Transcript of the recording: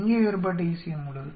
இங்கே வேறுபட்ட ECM உள்ளது